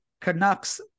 Canucks